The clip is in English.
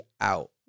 out